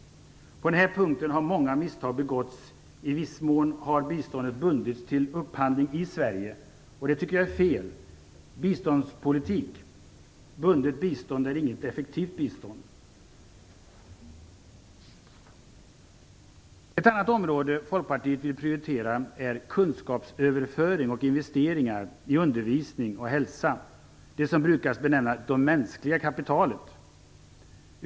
På den här punkten har många misstag begåtts. I viss mån har biståndet bundits till upphandling i Sverige. Det tycker jag är en felaktig biståndspolitik. Bundet bistånd är inget effektivt bistånd. Ett annat område som Folkpartiet vill prioritera är kunskapsöverföring och investeringar i undervisning och hälsa, det som brukar benämnas det mänskliga kapitalet.